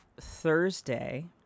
Thursday